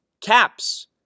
Caps